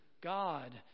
God